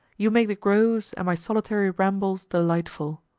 you make the groves and my solitary rambles delightful.